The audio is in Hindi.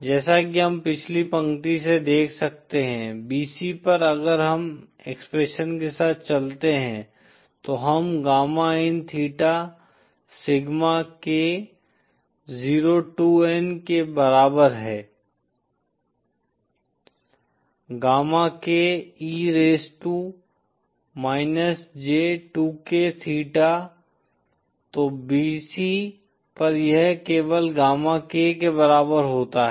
जैसा कि हम पिछली पंक्ति से देख सकते हैं bc पर अगर हम एक्सप्रेशन के साथ चलते हैं तो हम गामा इन थीटा सिग्मा k 02n के बराबर हैं gamma k e raised to j2k theta तो bc पर यह केवल गामा k के बराबर होता है